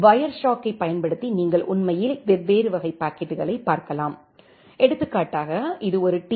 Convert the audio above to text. வயர்ஷார்க்கைப் பயன்படுத்தி நீங்கள் உண்மையில் வெவ்வேறு வகை பாக்கெட்டுகளைப் பார்க்கலாம் எடுத்துக்காட்டாக இது ஒரு டி